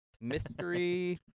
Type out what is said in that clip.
Mystery